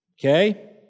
Okay